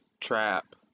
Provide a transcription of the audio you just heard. trap